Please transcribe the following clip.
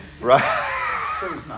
right